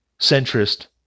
centrist